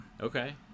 Okay